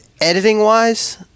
editing-wise